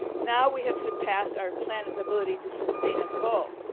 now we have surpassed our planets ability to sustain us all.